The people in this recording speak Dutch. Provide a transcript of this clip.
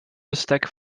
bestek